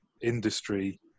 industry